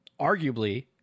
arguably